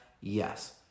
Yes